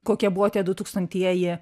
kokie buvo tie dutūkstantieji